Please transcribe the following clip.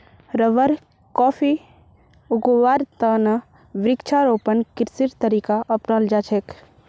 rubber, coffee उगव्वार त न वृक्षारोपण कृषिर तरीका अपनाल जा छेक